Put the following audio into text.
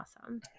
awesome